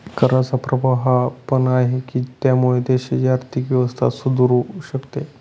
कराचा प्रभाव हा पण आहे, की त्यामुळे देशाची आर्थिक व्यवस्था सुधारू शकते